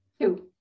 Two